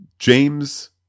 James